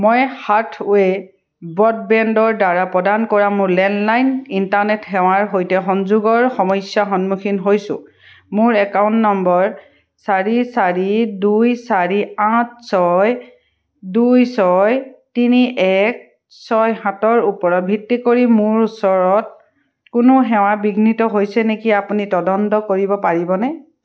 মই হাথৱে' ব্ৰডবেণ্ডৰ দ্বাৰা প্ৰদান কৰা মোৰ লেণ্ডলাইন ইণ্টাৰনেট সেৱাৰ সৈতে সংযোগৰ সমস্যাৰ সন্মুখীন হৈছো মোৰ একাউণ্ট নম্বৰ চাৰি চাৰি দুই চাৰি আঠ ছয় দুই ছয় তিনি এক ছয় সাতৰ ওপৰত ভিত্তি কৰি মোৰ ওচৰত কোনো সেৱা বিঘ্নিত হৈছে নেকি আপুনি তদন্ত কৰিব পাৰিবনে